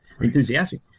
enthusiastic